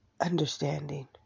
understanding